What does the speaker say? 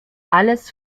alles